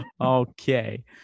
Okay